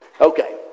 okay